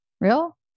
Real